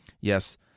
Yes